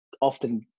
often